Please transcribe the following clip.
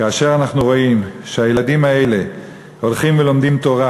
כאשר אנחנו רואים שהילדים האלה הולכים ולומדים תורה,